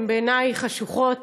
הן בעיני חשוכות.